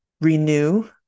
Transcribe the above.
renew